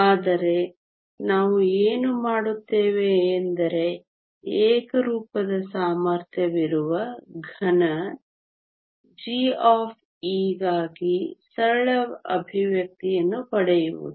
ಆದರೆ ನಾವು ಏನು ಮಾಡುತ್ತೇವೆ ಎಂದರೆ ಏಕರೂಪದ ಸಾಮರ್ಥ್ಯವಿರುವ ಘನ g ಗಾಗಿ ಸರಳ ಎಕ್ಸ್ಪ್ರೆಶನ್ ಅನ್ನು ಪಡೆಯುವುದು